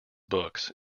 books